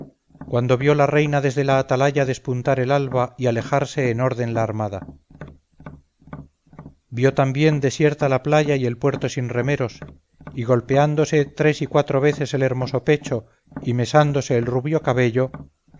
cuando vio la reina desde la atalaya despuntar el alba y alejarse en orden la armada vio también desierta la playa y el puerto sin remeros y golpeándose tres y cuatro veces el hermoso pecho y mesándose el rubio cabello